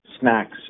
snacks